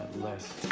les,